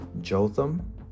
Jotham